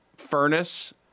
furnace